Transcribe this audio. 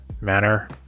manner